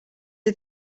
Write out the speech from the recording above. are